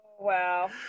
wow